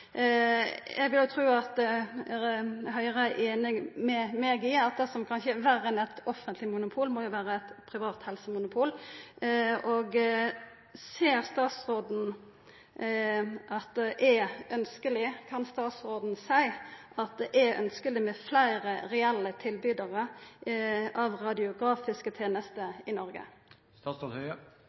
Eg vil tru at Høgre er einig med meg i at det som kanskje er verre enn eit offentleg monopol, må vera eit privat helsemonopol. Kan statsråden seia at det er ønskeleg med fleire reelle tilbydarar av radiografiske tenester i